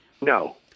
No